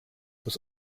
was